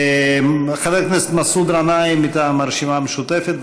חבר הכנסת מסעוד גנאים מטעם הרשימה המשותפת.